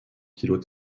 kilos